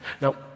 Now